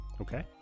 Okay